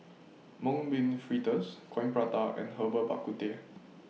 Mung Bean Fritters Coin Prata and Herbal Bak Ku Teh